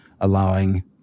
allowing